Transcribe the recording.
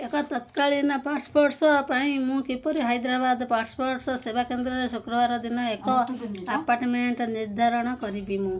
ଏକ ତତ୍କାଳୀନ ପାସପୋର୍ଟ ପାଇଁ ମୁଁ କିପରି ହାଇଦ୍ରାବାଦ ପାସପୋର୍ଟ ସେବା କେନ୍ଦ୍ରରେ ଶୁକ୍ରବାର ଦିନ ଏକ ଆପଏଣ୍ଟମେଣ୍ଟ ନିର୍ଦ୍ଧାରଣ କରିବି